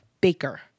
baker